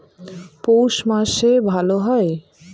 পৌষ মাসে ভালো হয়?